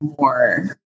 more